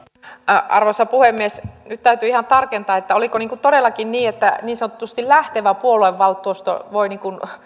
arvoisa puhemies nyt täytyy ihan tarkentaa että oliko todellakin niin että niin sanotusti lähtevä puoluevaltuusto voi